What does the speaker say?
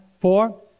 four